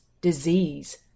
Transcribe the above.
disease